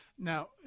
Now